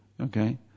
Okay